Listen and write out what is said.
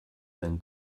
den